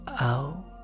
out